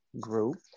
group